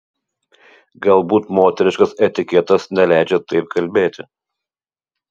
galbūt moteriškas etiketas neleidžia taip kalbėti